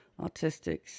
autistics